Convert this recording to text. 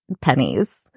pennies